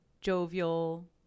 jovial